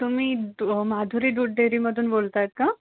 तुम्ही माधुरी दूध डेअरीमधून बोलत आहात का